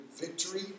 victory